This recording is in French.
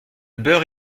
beurre